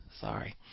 Sorry